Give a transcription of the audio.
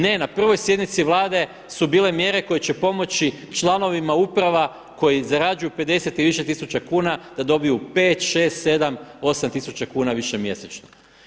Ne na prvoj sjednici Vlade su bile mjere koje će pomoći članovima uprava koji zarađuju 50 i više tisuća kuna da dobiju 5, 6, 7, 8 tisuća kuna više mjesečno.